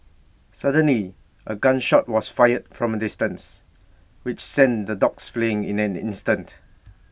suddenly A gun shot was fired from A distance which sent the dogs fleeing in an instant